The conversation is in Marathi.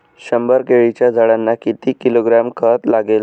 शंभर केळीच्या झाडांना किती किलोग्रॅम खत लागेल?